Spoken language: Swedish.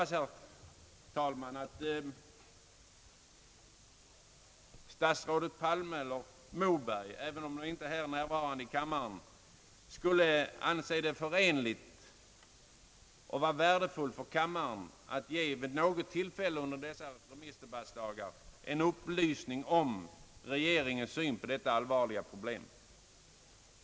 Statsråden Palme och Moberg är inte här närvarande i kammaren, men jag hoppas, herr talman, att de skall finna det möjligt och anse det värdefullt för kammaren att vid något tillfälle under dessa remissdebattsdagar ge en upplysning om regeringens syn på dessa allvarliga problem.